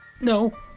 No